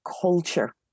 culture